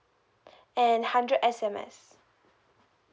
and hundred S_M_S